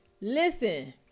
listen